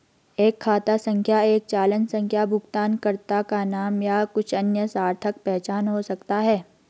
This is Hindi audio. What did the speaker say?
एक खाता संख्या एक चालान संख्या भुगतानकर्ता का नाम या कुछ अन्य सार्थक पहचान हो सकता है